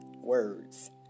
words